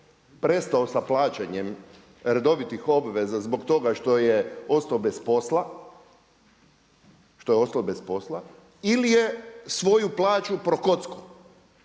prestao sa plaćanjem redovitih obveza zbog toga što je ostao bez posla ili je svoju plaću prokockao